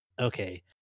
Okay